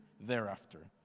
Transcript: thereafter